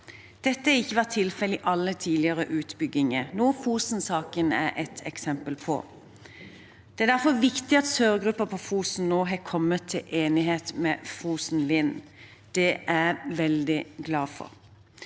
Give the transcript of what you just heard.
Dette har ikke vært tilfellet i alle tidligere utbygginger, noe Fosen-saken er et eksempel på. Det er derfor viktig at sørgruppa på Fosen nå har kommet til enighet med Fosen Vind. Det er jeg veldig glad for.